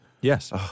Yes